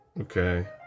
okay